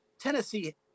Tennessee